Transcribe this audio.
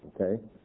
okay